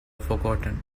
forgotten